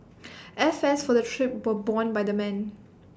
airfares for the trip borne borne by the men